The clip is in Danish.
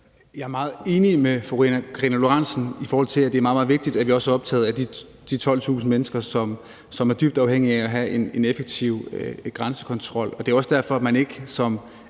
Jeg er meget enig med fru Karina Lorentzen Dehnhardt, i forhold til at det er meget, meget vigtigt, at vi også er optaget af de 12.000 mennesker, som er dybt afhængige af at have en effektiv grænsekontrol. Det er jo også derfor, at man ikke, som